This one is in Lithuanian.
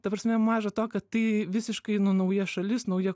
ta prasme maža to kad tai visiškai nu nauja šalis nauja